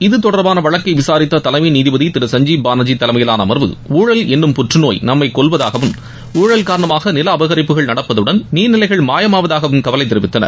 இத்தொடர்பான வழக்கை விசாரித்த தலைமை நீதிபதி திரு சஞ்சீப் பாளர்ஜி தலைமையிலான அமர்வு ஊழல் எனும் புற்றுநோய் நம்மை கொல்வதாகவும் ஊழல் காரணமாக நில அபகரிப்புகள் நடப்பதுடன் நீர் நிலைகள் மாயமாவதாகவும் கவலை தெரிவித்தனர்